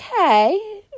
okay